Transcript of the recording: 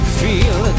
feel